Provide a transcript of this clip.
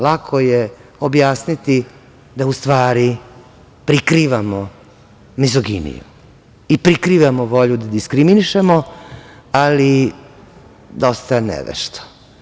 Lako je objasniti da u stvara prikrivamo mizoginiju i prikrivamo volju da diskriminišemo, ali dosta nevešto.